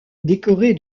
décorée